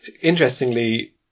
interestingly